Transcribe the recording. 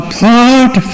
Apart